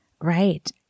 right